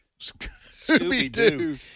scooby-doo